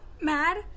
Mad